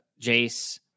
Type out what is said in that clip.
jace